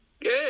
Good